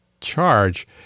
charge